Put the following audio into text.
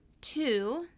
two